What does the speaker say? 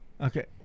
Okay